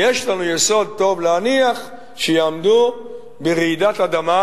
ויש לנו יסוד טוב להניח שיעמדו ברעידת אדמה